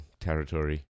territory